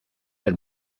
del